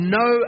no